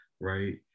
right